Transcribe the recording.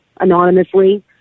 anonymously